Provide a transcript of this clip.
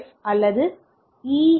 S அல்லது ஈ